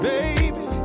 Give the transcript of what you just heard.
Baby